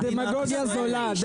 דמגוגיה זולה.